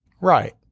Right